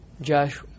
Josh